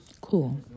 cool